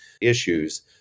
issues